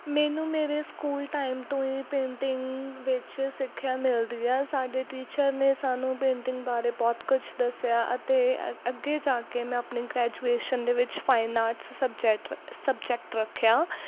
ਮੈਨੂੰ ਮੇਰੇ school time ਤੋਂ ਹੀ ਪੇਂਟਿੰਗ ਵਿੱਚ ਸਿੱਖਿਆ ਮਿਲਦੀ ਆ ਸਾਡੇ ਟੀਚਰ ਨੇ ਸਾਨੂੰ ਪੇਂਟਿੰਗ ਬਾਰੇ ਬਹੁਤ ਕੁਝ ਦੱਸਿਆ ਅਤੇ ਅੱਗੇ ਜਾ ਕੇ ਮੈਂ ਆਪਣੀ ਗਰੈਜੂਏਸ਼ਨ ਦੇ ਵਿੱਚ ਫਾਈਨ ਆਰਟਸ ਸਬਜੈਕਟ ਸਬਜੈਕਟ ਰੱਖਿਆ